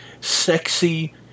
sexy